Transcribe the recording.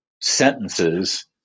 sentences